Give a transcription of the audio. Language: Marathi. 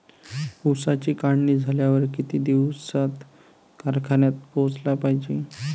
ऊसाची काढणी झाल्यावर किती दिवसात कारखान्यात पोहोचला पायजे?